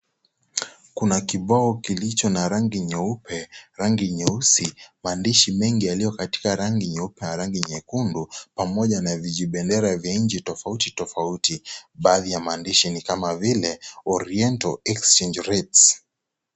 Kuna kibao kilicho na nyeupe nyeusi maandishi mengi yaliyo katika rangi nyeupe na rangi nyeupe pamoja na vijibendera ya nchi tofauti tofauti baadhi ya maandishi ni kama vile Oriental exchange